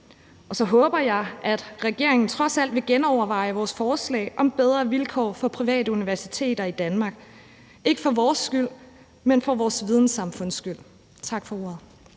Og så håber jeg, at regeringen trods alt vil genoverveje vores forslag om bedre vilkår for private universiteter i Danmark – ikke for vores skyld, men for vores vidensamfund skyld. Tak for ordet.